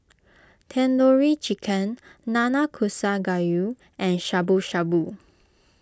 Tandoori Chicken Nanakusa Gayu and Shabu Shabu